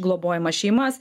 globojamas šeimas